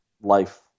life